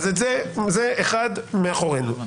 זה מאחורינו.